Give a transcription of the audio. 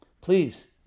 please